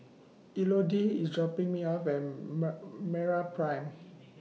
Elodie IS dropping Me off At Meraprime